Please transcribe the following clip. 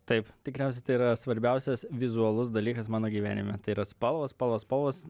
taip tikriausia tai yra svarbiausias vizualus dalykas mano gyvenime tai yra spalvos spalvos spalvos